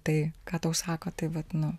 tai ką tau sako tai vat nu